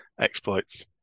exploits